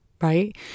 right